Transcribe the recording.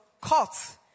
Caught